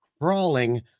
crawling